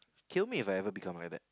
kill me if even become really bad